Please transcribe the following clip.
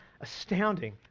astounding